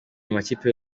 amakipe